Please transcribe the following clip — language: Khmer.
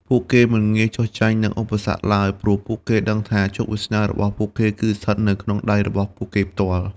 ពួកគេមិនងាយចុះចាញ់នឹងឧបសគ្គឡើយ ព្រោះពួកគេដឹងថាជោគវាសនារបស់ពួកគេគឺស្ថិតនៅក្នុងដៃរបស់ពួកគេផ្ទាល់។